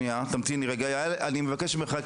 אני מבקש ממך,